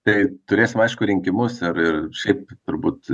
tai turėsim aišku rinkimus ir ir šiaip turbūt